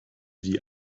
die